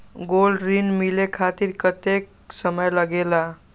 Gold ऋण मिले खातीर कतेइक समय लगेला?